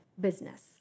business